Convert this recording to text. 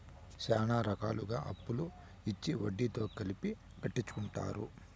శ్యానా రకాలుగా అప్పులు ఇచ్చి వడ్డీతో కలిపి కట్టించుకుంటారు